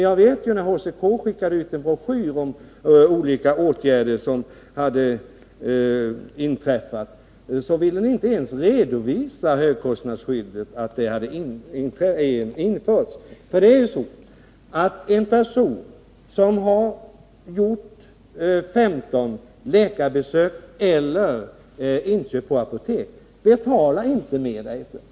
Jag vet att när HCK skickade ut en broschyr om olika åtgärder som hade vidtagits ville ni inte ens redovisa att högkostnadsskyddet hade införts. Det är ju så, att en person som har gjort 15 läkarbesök eller inköp på apotek inte betalar mera därefter.